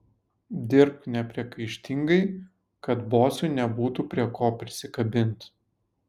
dirbk nepriekaištingai kad bosui nebūtų prie ko prisikabint